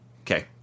okay